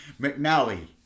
McNally